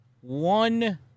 one